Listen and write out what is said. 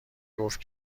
گفت